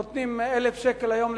נותנים 1,000 שקל היום,